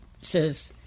says